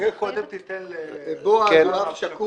אולי קודם תיתן לבועז, אב שכול.